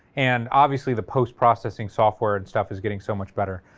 and obviously the post processing software and stuff is getting so much better,